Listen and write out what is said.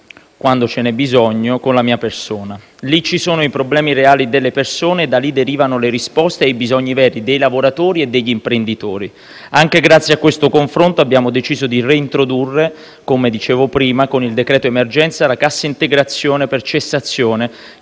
quando ce n'è bisogno, con la mia persona. Lì ci sono i problemi reali delle persone, da lì derivano le risposte ai bisogni veri dei lavoratori e degli imprenditori. Anche grazie a questo confronto abbiamo deciso di reintrodurre, come ho detto, con il decreto-legge emergenze, la cassa integrazione per cessazione,